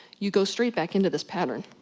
you go straight back into this pattern.